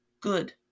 Good